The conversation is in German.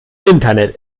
internet